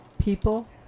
people